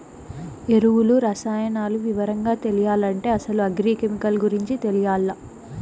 ఎరువులు, రసాయనాలు వివరంగా తెలియాలంటే అసలు అగ్రి కెమికల్ గురించి తెలియాల్ల